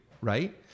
right